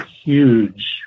huge